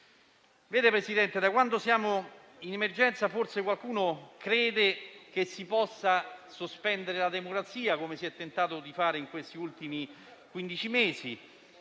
Signor Presidente, da quando siamo in emergenza forse qualcuno crede che si possa sospendere la democrazia, come si è tentato di fare in questi ultimi quindici